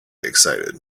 excited